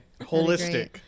Holistic